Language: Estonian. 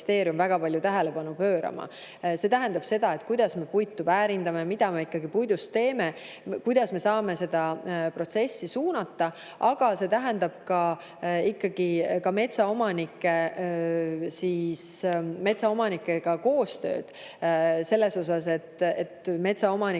väga palju tähelepanu pöörama. See tähendab seda, kuidas me puitu väärindame, mida me puidust teeme, kuidas me saame seda protsessi suunata. Aga see tähendab ikkagi ka metsaomanikega koostööd selles osas, et metsaomanikud